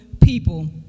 people